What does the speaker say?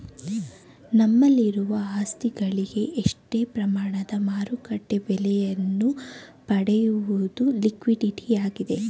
ನಮ್ಮಲ್ಲಿರುವ ಆಸ್ತಿಗಳಿಗೆ ಅಷ್ಟೇ ಪ್ರಮಾಣದ ಮಾರುಕಟ್ಟೆ ಬೆಲೆಯನ್ನು ಪಡೆಯುವುದು ಲಿಕ್ವಿಡಿಟಿಯಾಗಿದೆ